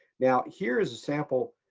now here's a sample.